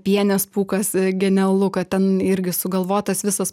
pienės pūkas genialu kad ten irgi sugalvotas visas